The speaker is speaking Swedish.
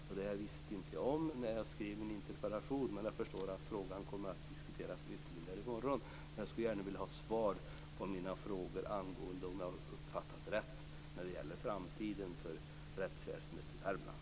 Det visste jag inte om när jag skrev min interpellation men nu förstår jag att frågan kommer att diskuteras ytterligare i morgon. Jag skulle dock gärna vilja ha svar på mina frågor om jag har uppfattat det hela rätt när det gäller framtiden för rättsväsendet i Värmland.